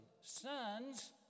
Sons